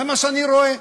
זה מה שאני רואה.